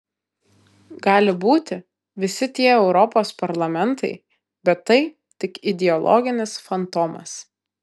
gali būti visi tie europos parlamentai bet tai tik ideologinis fantomas